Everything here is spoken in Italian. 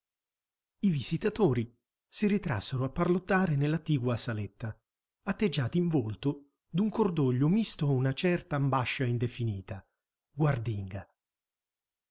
i visitatori si ritrassero a parlottare nell'attigua saletta atteggiati in volto d'un cordoglio misto a una certa ambascia indefinita guardinga